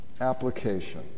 application